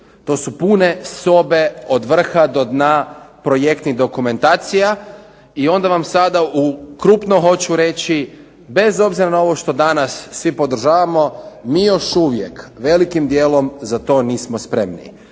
To su pune sobe od vrha do dna projektnih dokumentacija i onda vam sada u krupno hoću reći bez obzira na ovo što danas svi podržavamo mi još uvijek velikim dijelom za to nismo spremni.